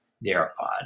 thereupon